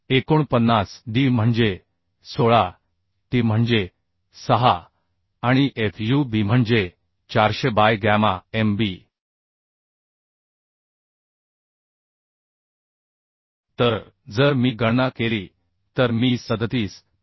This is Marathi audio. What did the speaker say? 49 d म्हणजे 16 t म्हणजे 6 आणि fubम्हणजे 400 बाय गॅमा mb तर जर मी गणना केली तर मी 37